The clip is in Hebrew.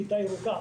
כיתה ירוקה,